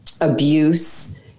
abuse